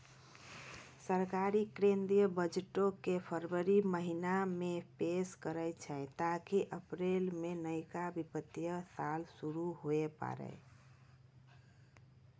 सरकार केंद्रीय बजटो के फरवरी महीना मे पेश करै छै ताकि अप्रैल मे नयका वित्तीय साल शुरू हुये पाड़ै